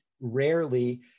rarely